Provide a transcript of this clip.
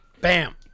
Bam